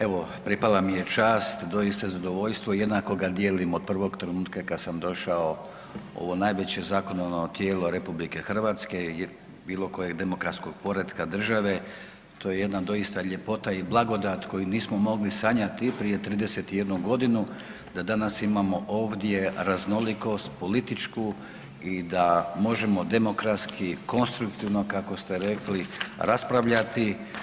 Evo, pripala mi je čast … [[Govornik se ne razumije]] zadovoljstvo jednako ga dijelim od prvog trenutka kad sam došao u najveće zakonodavno tijelo RH … [[Govornik se ne razumije]] bilo kojeg demokratskog poretka države, to je jedna doista ljepota i blagodat koji nismo mogli sanjati prije 31.g. da danas imamo ovdje raznolikost političku i da možemo demokratski, kako ste rekli, raspravljati.